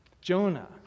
Jonah